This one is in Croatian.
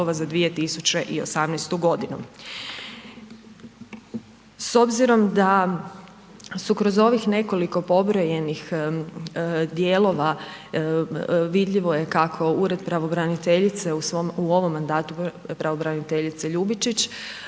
za 2018. godinu. S obzirom da su kroz ovih nekoliko pobrojanih dijelova vidljivo je kako ured pravnobraniteljice u ovom mandatu pravobraniteljice Ljubičić